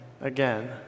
again